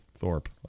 Thorpe